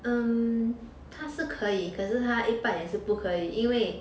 um 他是可以可是他一半也是不可以因为